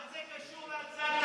מה זה קשור להצעת החוק?